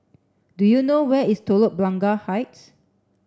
do you know where is Telok Blangah Heights